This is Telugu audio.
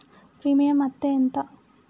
ప్రీమియం అత్తే ఎంత?